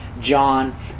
John